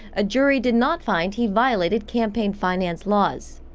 a jury did not find he violated campaign finance laws.